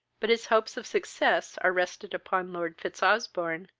but his hopes of success are rested upon lord fitzosbourne,